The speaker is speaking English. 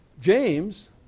James